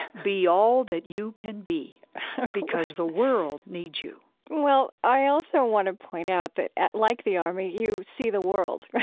be all that you can be because the world needs you well, i also want to point out that, like the army, you see the world. right?